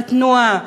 התנועה,